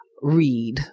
read